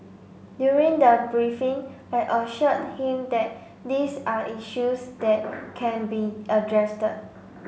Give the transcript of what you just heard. during the briefing I assured him that these are issues that can be